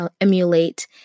emulate